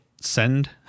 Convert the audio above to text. send